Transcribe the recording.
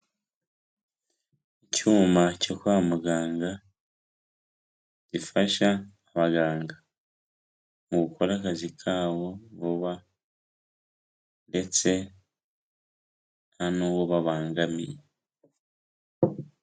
Icyuma cyo kwa muganga gifasha abaganga mu gukora akazi kabo vuba ndetse nta n'uwo babangamiye.